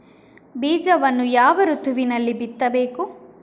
ಬೀಜವನ್ನು ಯಾವ ಋತುವಿನಲ್ಲಿ ಬಿತ್ತಬೇಕು?